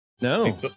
no